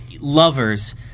lovers